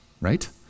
right